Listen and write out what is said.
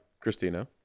Christina